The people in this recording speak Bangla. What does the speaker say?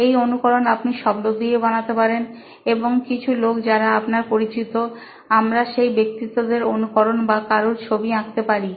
এই অনুকরণ আপনি শব্দ দিয়ে বানাতে পারেন এবং কিছু লোক যারা আপনার পরিচিত আমরা সেই ব্যক্তিত্বদের অনুকরণ বা কারুর ছবি আঁকতে পারি